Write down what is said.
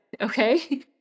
okay